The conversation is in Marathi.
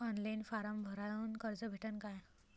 ऑनलाईन फारम भरून कर्ज भेटन का?